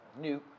new